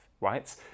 right